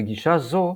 בגישה זו,